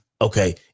okay